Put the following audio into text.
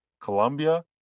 Colombia